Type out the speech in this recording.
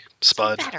Spud